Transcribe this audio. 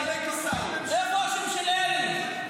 איפה השם של אלי?